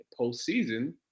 postseason